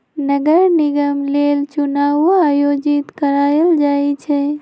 नगर निगम लेल चुनाओ आयोजित करायल जाइ छइ